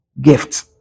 gift